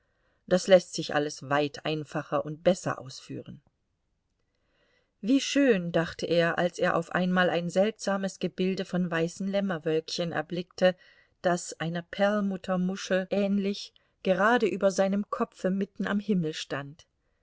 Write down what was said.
das läßt sich alles weit einfacher und besser ausführen wie schön dachte er als er auf einmal ein seltsames gebilde von weißen lämmerwölkchen erblickte das einer perlmuttermuschel ähnlich gerade über seinem kopfe mitten am himmel stand